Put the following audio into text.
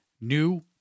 New